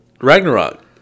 Ragnarok